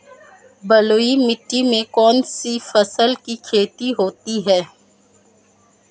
बलुई मिट्टी में कौनसी फसल की खेती होती है?